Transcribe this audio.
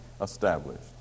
established